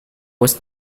was